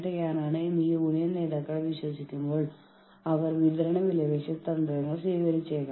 അവർ പ്രതീക്ഷിക്കുന്നതിനേക്കാൾ മികച്ച രീതിയിൽ നമ്മൾ അവരുടെ ആവശ്യങ്ങൾ നിറവേറ്റുന്നു